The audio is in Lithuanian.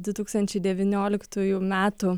du tūkstančiai devynioliktųjų metų